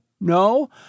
no